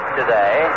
today